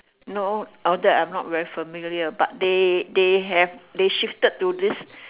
no all that I'm not very familiar but they they have they shifted to this